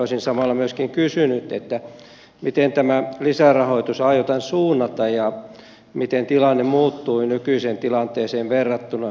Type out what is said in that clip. olisin samalla myöskin kysynyt miten tämä lisärahoitus aiotaan suunnata ja miten tilanne muuttuu nykyiseen tilanteeseen verrattuna